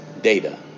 Data